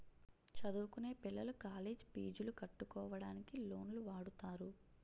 చదువుకొనే పిల్లలు కాలేజ్ పీజులు కట్టుకోవడానికి లోన్లు వాడుతారు